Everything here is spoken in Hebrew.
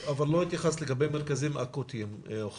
אבל לא התייחסת לגבי מרכזים אקוטיים או חדרים,